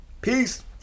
Peace